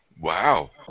Wow